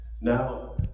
Now